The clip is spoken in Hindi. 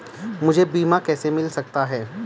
मुझे बीमा कैसे मिल सकता है?